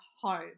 home